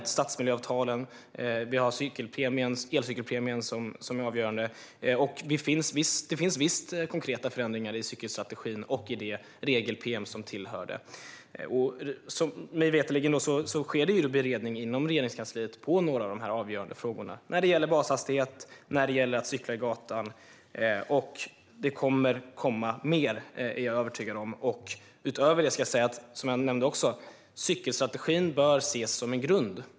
Det är stadsmiljöavtalen och elcykelpremien som är avgörande. Det finns visst konkreta förändringar i cykelstrategin och i det regel-pm som tillhörde. Mig veterligen sker det beredning inom Regeringskansliet på några av de avgörande frågorna när det gäller bashastighet och att cykla i gatan. Jag är övertygad om att det kommer att komma mer. Utöver det nämnde jag att cykelstrategin bör ses som en grund.